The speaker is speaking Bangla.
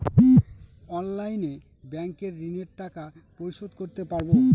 অনলাইনে ব্যাংকের ঋণের টাকা পরিশোধ করতে পারবো?